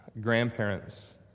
grandparents